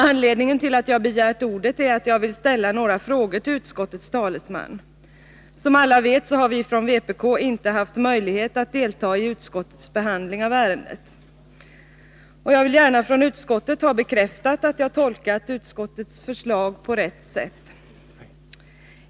Anledningen till att jag begärt ordet är att jag vill ställa några frågor till utskottets talesman. Som alla vet har vi från vpk inte haft möjlighet att delta i utskottets behandling av ärendet. Jag vill gärna från utskottets sida få bekräftat att jag tolkat dess förslag på rätt sätt.